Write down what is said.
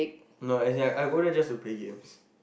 no as in like I I go there just to play games